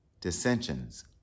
dissensions